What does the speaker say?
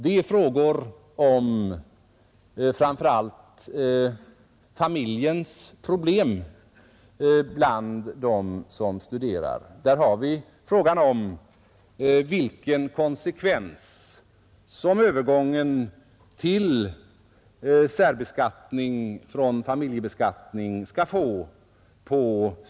Det är frågor om framför allt de studerande familjernas problem. Där har vi frågan om vilken konsekvens för studiemedelssystemets utformning som en övergång från familjebeskattning till särbeskattning får.